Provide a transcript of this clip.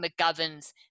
McGovern's